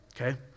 Okay